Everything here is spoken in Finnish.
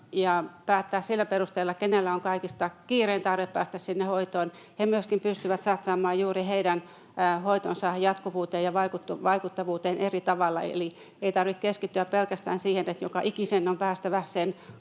ja päättää sillä perusteella, kenellä on kaikista kiirein tarve päästä sinne hoitoon, he myöskin pystyvät satsaamaan juuri näiden hoidon jatkuvuuteen ja vaikuttavuuteen eri tavalla — eli ei tarvitse keskittyä pelkästään siihen, että joka ikisen on päästävä sen